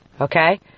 Okay